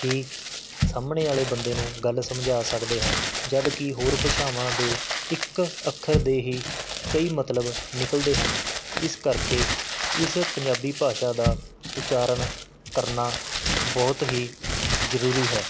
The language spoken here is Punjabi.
ਹੀ ਸਾਹਮਣੇ ਵਾਲ਼ੇ ਬੰਦੇ ਨੂੰ ਗੱਲ ਸਮਝਾ ਸਕਦੇ ਹਾਂ ਜਦ ਕਿ ਹੋਰ ਭਾਸ਼ਾਵਾਂ ਦੇ ਇੱਕ ਅੱਖਰ ਦੇ ਹੀ ਕਈ ਮਤਲਬ ਨਿਕਲਦੇ ਹਨ ਇਸ ਕਰਕੇ ਇਸ ਪੰਜਾਬੀ ਭਾਸ਼ਾ ਦਾ ਉਚਾਰਨ ਕਰਨਾ ਬਹੁਤ ਹੀ ਜ਼ਰੂਰੀ ਹੈ